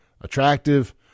attractive